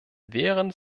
während